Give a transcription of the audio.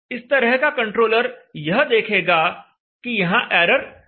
इस तरह का कंट्रोलर यह देखेगा कि यहां एरर 0 हो जाए